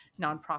nonprofit